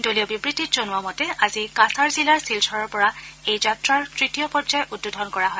দলীয় বিবৃতিত জনোৱা মতে আজি কাছাৰ জিলাৰ শিলচৰৰ পৰা এই যাত্ৰাৰ তৃতীয় পৰ্যায় উদ্বোধন কৰা হয়